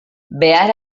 behar